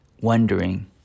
wondering